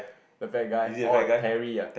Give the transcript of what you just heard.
the fat guy orh Terry ah